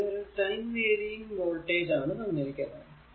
ഇത് ഒരു time varying voltage ആണ് തന്നിരിക്കുന്നത്